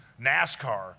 NASCAR